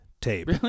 tape